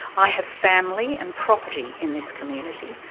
i have family and property in this community,